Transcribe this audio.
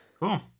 cool